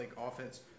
offense